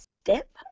step